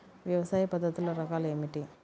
వ్యవసాయ పద్ధతులు రకాలు ఏమిటి?